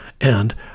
and